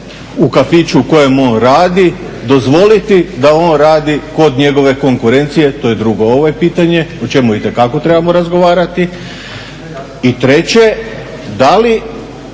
u kafiću u kojem on radi dozvoliti da on radi kod njegove konkurencije? To je drugo pitanje, o čemu itekako trebamo razgovarati. I treće, da li